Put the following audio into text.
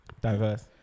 Diverse